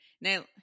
Now